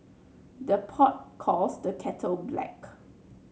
the pot calls the kettle black